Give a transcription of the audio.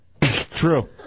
True